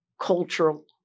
cultural